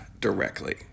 directly